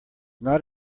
not